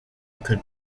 could